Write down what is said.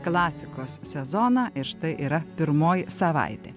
klasikos sezoną ir štai yra pirmoji savaitė